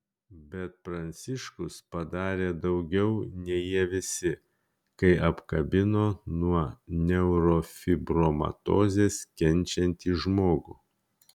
bet pranciškus padarė daugiau nei jie visi kai apkabino nuo neurofibromatozės kenčiantį žmogų